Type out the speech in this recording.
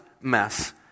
mess